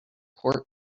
port